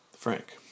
Frank